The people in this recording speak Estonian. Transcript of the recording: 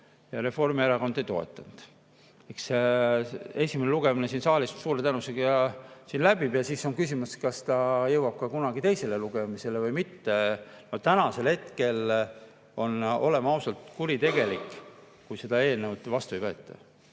ja Reformierakond ei toetanud. Esimese lugemise eelnõu siin saalis suure tõenäosusega läbib ja siis on küsimus, kas ta jõuab kunagi teisele lugemisele või mitte. Aga tänasel hetkel on, oleme ausad, kuritegelik, kui seda eelnõu vastu ei võeta.